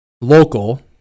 local